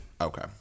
okay